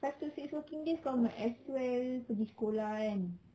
five to six working days kau might as well pergi sekolah kan